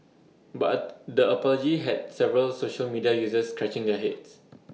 but A the apology had several social media users scratching their heads